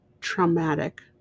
traumatic